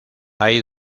hay